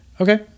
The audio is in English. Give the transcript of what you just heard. Okay